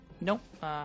Nope